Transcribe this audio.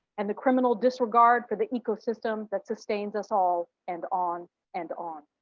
and the criminal disregard for the ecosystems that sustain us all, and on and on.